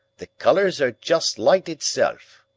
the colours are just light itself.